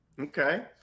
Okay